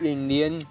Indian